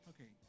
Okay